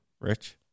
Rich